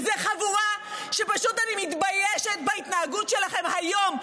זאת חבורה שפשוט, אני מתביישת בהתנהגות שלכם היום.